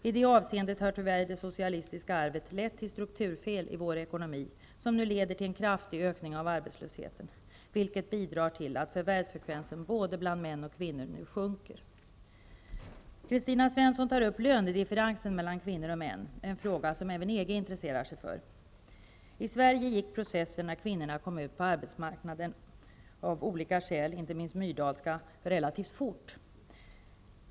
I det avseendet har tyvärr det socialistiska arvet lett till strukturfel i vår ekonomi som nu leder till en kraftig ökning av arbetslösheten, vilket bidrar till att förvärvsfrekvensen bland både män och kvinnor nu sjunker. Kristina Svensson tar upp lönedifferensen mellan kvinnor och män, en fråga som man även i EG intresserar sig för. I Sverige gick processen när kvinnorna kom ut på marknaden av olika skäl -- inte minst Myrdalska -- relativt snabbt.